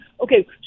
Okay